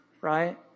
Right